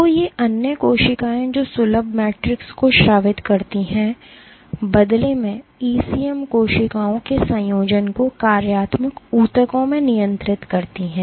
तो ये अन्य कोशिकाएं जो सुलभ मैट्रिक्स को स्रावित करती हैं बदले में ईसीएम कोशिकाओं के संयोजन को कार्यात्मक ऊतकों में नियंत्रित करता है